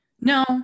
No